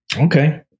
Okay